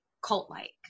cult-like